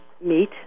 meet